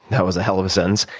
that was a hell of a sentence.